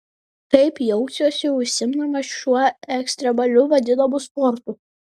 kaip jausiuosi užsiimdamas šiuo ekstremaliu vadinamu sportu